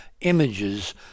images